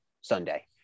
Sunday